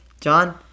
John